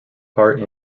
part